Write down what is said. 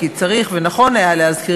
כי צריך ונכון היה להזכיר,